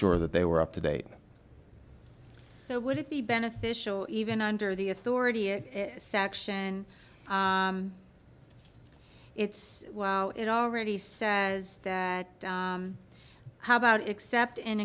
sure that they were up to date so would it be beneficial even under the authority it section it's well it already says that how about except in